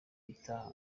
itaha